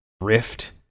rift